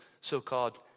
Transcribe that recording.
so-called